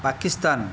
Pakistan